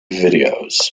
videos